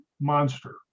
monster